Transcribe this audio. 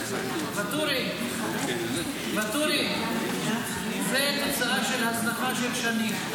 ואטורי, זו תוצאה של הזנחה של שנים.